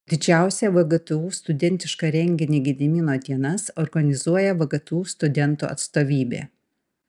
didžiausią vgtu studentišką renginį gedimino dienas organizuoja vgtu studentų atstovybė